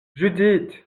judith